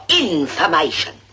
information